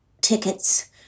tickets